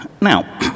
Now